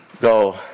Go